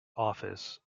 office